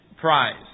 prize